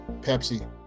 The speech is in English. Pepsi